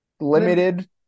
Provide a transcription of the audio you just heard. limited